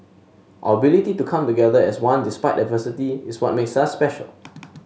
our ability to come together as one despite adversity is what makes us special